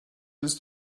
ist